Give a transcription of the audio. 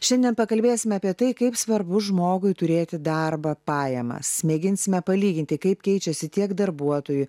šiandien pakalbėsime apie tai kaip svarbu žmogui turėti darbą pajamas mėginsime palyginti kaip keičiasi tiek darbuotojų